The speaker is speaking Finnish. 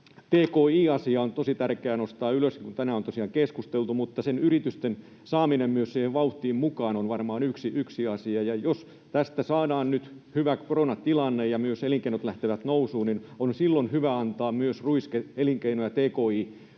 tki-asia on tosi tärkeää nostaa ylös, niin kuin tänään on tosiaan keskusteltu, mutta yritysten saaminen myös siihen vauhtiin mukaan on varmaan yksi asia. Jos tästä saadaan nyt hyvä koronatilanne ja elinkeinot lähtevät nousuun, niin on silloin hyvä antaa ruiske myös elinkeino- ja tki-toimintoihin,